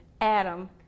Adam